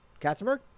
Katzenberg